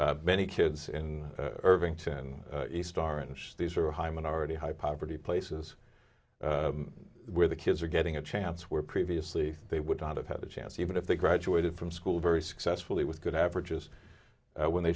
thread many kids in irvington east orange these are high minority high poverty places where the kids are getting a chance where previously they would not have had a chance even if they graduated from school very successfully with good averages when they